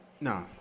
No